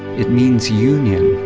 it means union.